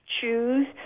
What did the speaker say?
choose